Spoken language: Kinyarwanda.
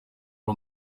ari